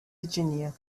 virginia